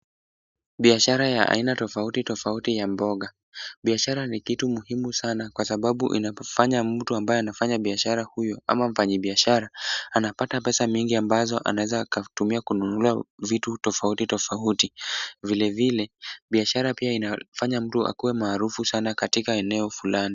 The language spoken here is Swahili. Biashara ya aina tofauti tofauti ya mboga. Biashara ni kitu muhimu sanaa kwa sababu inatufanya mtu ambaye anafanya biashara huyo ama mfanyabiashara anapata pesa mingi ambazo anaeza akatumia kununulia vitu tofauti tofauti. Vile vile, biashara pia inafanya mtu akue maarufu sanaa katika eneo fulani.